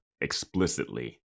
explicitly